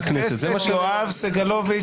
הכנסת --- חבר הכנסת יואב סגלוביץ',